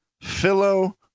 Philo